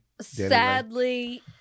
Sadly